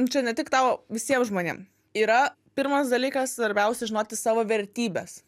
čia ne tik tau visiem žmonėm yra pirmas dalykas svarbiausia žinoti savo vertybes